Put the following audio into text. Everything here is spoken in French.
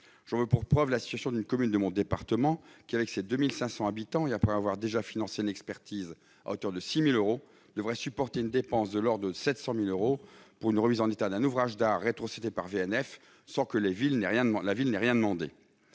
J'en veux pour preuve la situation d'une commune de mon département qui, avec ses 2 500 habitants, et après avoir déjà financé une expertise à hauteur de 6 000 euros, devrait supporter une dépense de l'ordre de 700 000 euros pour la remise en état d'un ouvrage d'art rétrocédé par VNF sans que la ville n'ait rien demandé.